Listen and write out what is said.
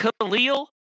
Khalil